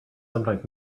sometimes